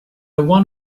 want